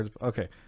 Okay